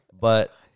But-